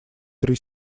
три